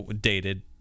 dated